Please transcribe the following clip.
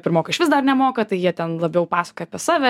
pirmokai išvis dar nemoka tai jie ten labiau pasakoja apie save